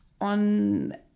on